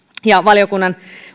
valiokunnan